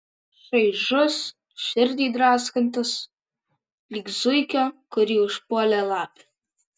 šaižus širdį draskantis lyg zuikio kurį užpuolė lapė